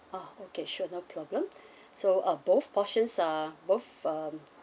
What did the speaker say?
ah okay sure no problem so uh both portions are both um